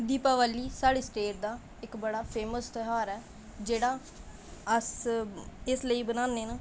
दीपावली इक्क साढ़े देश दा इक्क बड़ा फेमस त्यौहार ऐ जेह्ड़ा अस इस लेई बनाने न